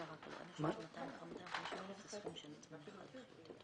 יש בעיה אבל חשוב לי לדעת מי יפקח על זה.